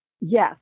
Yes